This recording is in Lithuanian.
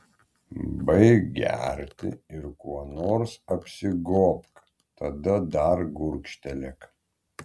baik gerti ir kuo nors apsigobk tada dar gurkštelėk